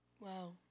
Wow